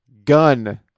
Gun